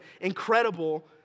incredible